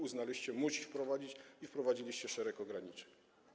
Wy uznaliście, że musicie wprowadzić i wprowadziliście szereg ograniczeń.